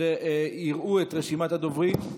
יראו את רשימת הדוברים.